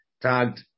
tagged